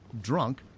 drunk